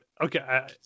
Okay